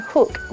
Hook